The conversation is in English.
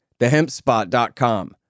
TheHempSpot.com